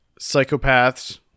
Psychopaths